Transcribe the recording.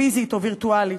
פיזית או וירטואלית.